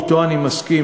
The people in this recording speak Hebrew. שאתו אני מסכים,